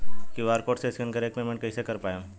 QR code से scan कर के पेमेंट कइसे कर पाएम?